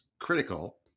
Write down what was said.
critical